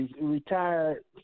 retired